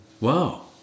Wow